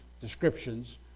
descriptions